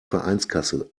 vereinskasse